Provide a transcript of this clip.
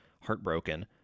heartbroken